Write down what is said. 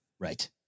right